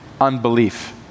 unbelief